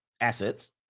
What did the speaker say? assets